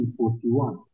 1941